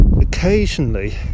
occasionally